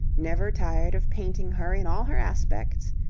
never tired of painting her in all her aspects,